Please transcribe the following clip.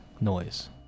noise